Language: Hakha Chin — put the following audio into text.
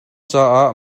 caah